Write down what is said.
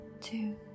two